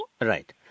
Right